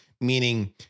meaning